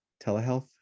telehealth